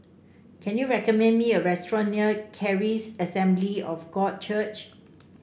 can you recommend me a restaurant near Charis Assembly of God Church